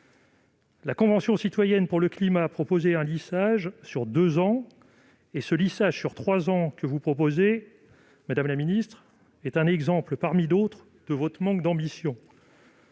la Convention citoyenne pour le climat proposait deux ans. Ce lissage sur trois ans que vous proposez, madame la ministre, est un exemple parmi d'autres de votre manque d'ambition.